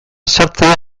sartzera